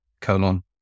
Colon